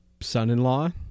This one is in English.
son-in-law